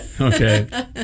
Okay